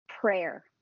prayer